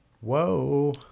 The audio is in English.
Whoa